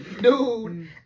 dude